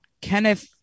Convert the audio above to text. Kenneth